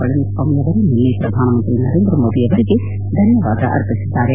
ಪಳನಿಸ್ತಾಮಿ ಅವರು ನಿನ್ನೆ ಪ್ರಧಾನಮಂತ್ರಿ ನರೇಂದ್ರಮೋದಿ ಅವರಿಗೆ ಧನ್ನವಾದಗಳನ್ನು ಸಲ್ಲಿಸಿದ್ದಾರೆ